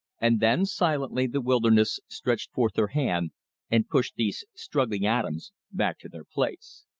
and then silently the wilderness stretched forth her hand and pushed these struggling atoms back to their place.